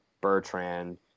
Bertrand